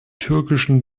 türkischen